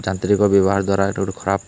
ଯାନ୍ତ୍ରିକ ବ୍ୟବହାର ଦ୍ୱାରା ଏ'ଟା ଗୁଟେ ଖରାପ୍